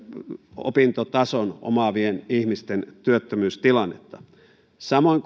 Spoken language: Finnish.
opintotason omaavien ihmisten työttömyystilannetta samoin